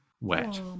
wet